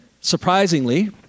surprisingly